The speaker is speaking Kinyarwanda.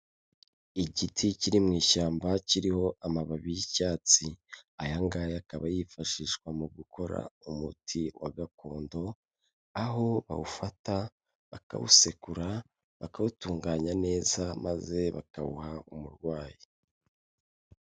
Igiti kiri mu ishyamba kiriho amababi y'icyatsi aya ngahe akaba yifashishwa mu gukora umuti wa gakondo, aho bawufata bakawusekura bakawutunganya neza maze bakawuha umurwayi.